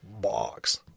box